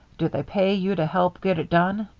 do they pay you to help get it done?